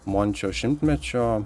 mončio šimtmečio